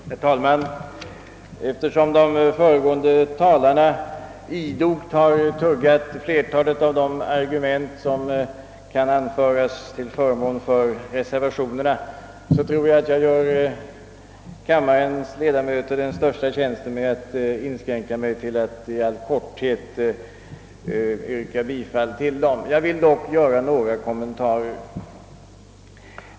Herr talman! Eftersom de föregående talarna idogt har tuggat flertalet av de argument som kan anföras till förmån för reservationerna, tror jag att jag gör kammarens ledamöter den största tjänsten genom att inskränka mig till att endast med några korta kommentarer yrka bifall till dem.